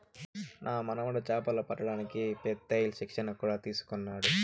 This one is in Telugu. నా మనుమడు చేపలు పట్టడానికి పెత్తేల్ శిక్షణ కూడా తీసుకున్నాడు